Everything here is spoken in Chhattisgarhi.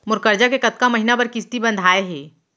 मोर करजा के कतका महीना बर किस्ती बंधाये हे?